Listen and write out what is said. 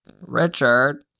richard